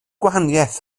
gwahaniaeth